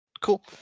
Cool